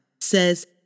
says